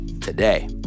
today